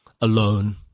alone